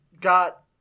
got